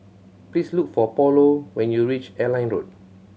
please look for Paulo when you reach Airline Road